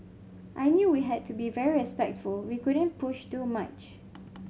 I knew we had to be very respectful we couldn't push too much